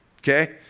Okay